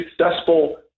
successful